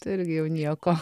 tai irgi jau nieko